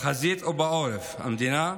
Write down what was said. בחזית ובעורף המדינה,